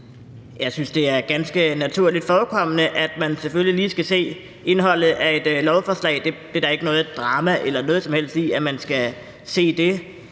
Jeg synes, det er ganske naturligt forekommende, at man selvfølgelig lige skal se indholdet af et lovforslag. Der er ikke noget drama eller noget som helst i, at man skal se det.